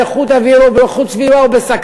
באיכות האוויר או באיכות הסביבה,